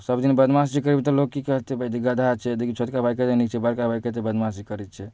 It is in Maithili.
सबदिन बदमाशी करबिही तऽ लोक कि कहतै गधा छै देखिऔ छोटका भाए कतेक नीक छै बरका भाए कतेक बदमाशी करैत छै